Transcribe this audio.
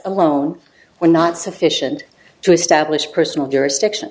alone were not sufficient to establish personal jurisdiction